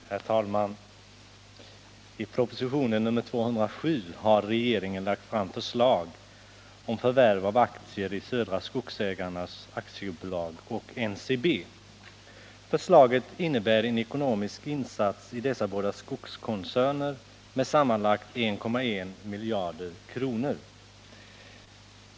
Herr talman! I propositionen 207 har regeringen lagt fram förslag om förvärv av aktier i Södra Skogsägarna AB och NCB. Förslaget innebär en ekonomisk insats i dessa båda skogskoncerner med sammanlagt 1,1 miljarder kronor.